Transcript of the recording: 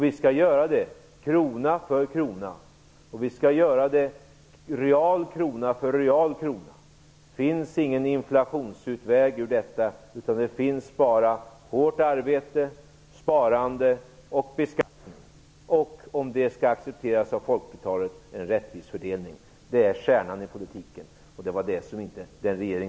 Vi skall göra det, krona för krona. Vi skall göra det real krona för real krona. Det finns ingen inflationsutväg ur detta, utan det finns bara hårt arbete, sparande och beskattning samt - om det skall accepteras av folkflertalet - en rättvis fördelning. Det är kärnan i politiken. Det var det som den regering